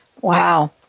Wow